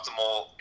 optimal